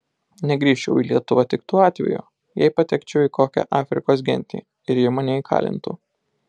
negrįžčiau į lietuvą tik tuo atveju jei patekčiau į kokią afrikos gentį ir ji mane įkalintų